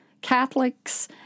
Catholics